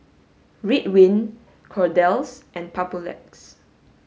Ridwind Kordel's and Papulex